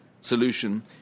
solution